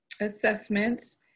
assessments